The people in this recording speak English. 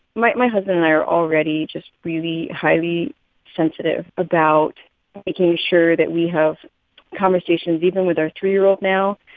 my my husband and i are already just really highly sensitive about making sure that we have conversations, even with our three year old now,